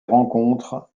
rencontres